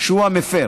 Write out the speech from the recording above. שהוא המפר,